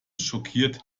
schockiert